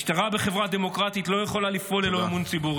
משטרה בחברה דמוקרטית לא יכולה לפעול ללא אמון ציבורי.